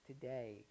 today